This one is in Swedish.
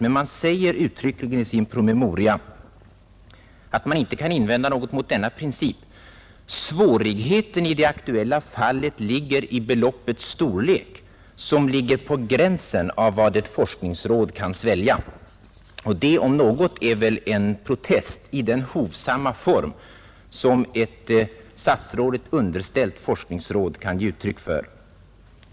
Visserligen säger forskningsrådet uttryckligen i sin promemoria att man inte kan invända något emot denna princip men att ”svårigheten i det aktuella fallet är beloppets storlek som ligger på gränsen till vad ett forskningsråd kan svälja”. Det om något är väl en protest i den hovsamma form som ett statsrådet underställt forskningsråd kan ge uttryck för.